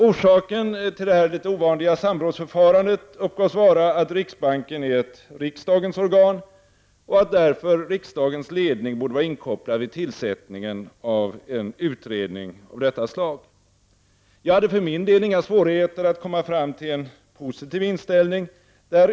Orsaken till detta något ovanliga samrådsförfarande uppgavs vara att riksbanken är ett riksdagens organ och att därför riksdagens ledning borde vara inkopplad vid tillsättandet av en utredning av detta slag. Jag hade inga svårigheter att komma fram till en positiv inställning.